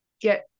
get